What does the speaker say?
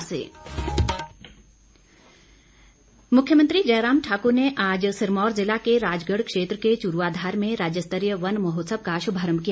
मुख्यमंत्री मुख्यमंत्री जयराम ठाक्र ने आज सिरमौर ज़िला के राजगढ़ क्षेत्र के चुरूवाघार में राज्यस्तरीय वन महोत्सव का शुभारंभ किया